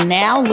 now